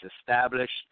established